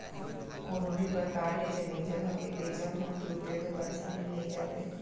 कोनो भी परकार ले जमीन जघा के बेंचब म तुरते तो पइसा मिल नइ जावय